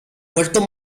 puerto